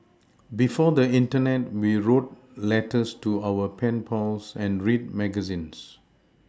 before the Internet we wrote letters to our pen pals and read magazines